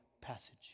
passage